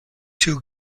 two